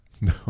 No